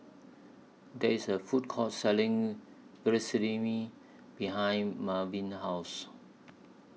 There IS A Food Court Selling Vermicelli behind Marvin's House